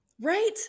Right